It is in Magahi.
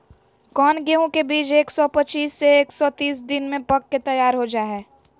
कौन गेंहू के बीज एक सौ पच्चीस से एक सौ तीस दिन में पक के तैयार हो जा हाय?